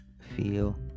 feel